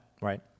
right